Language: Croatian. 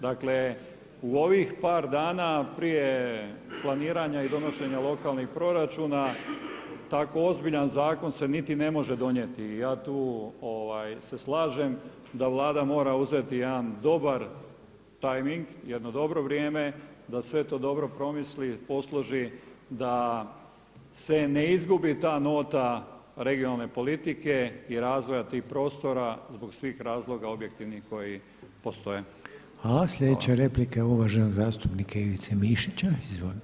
Dakle, u ovih par dana prije planiranja i donošenja lokalnih proračuna, tako ozbiljan zakon se niti ne može donijeti i ja tu se slažem da Vlada mora uzeti jedan dobar timeing, jedno dobro vrijeme da sve to dobro promisli, posloži, da se ne izgubi ta nota regionalne politike i razvoja tih prostora zbog svih razloga objektivnih koji postoje.